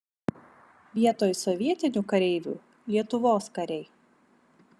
vietoj sovietinių kareivių lietuvos kariai